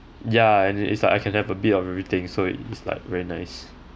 ya and is like I can have a bit of everything so it is like very nice